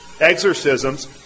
exorcisms